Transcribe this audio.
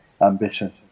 ambition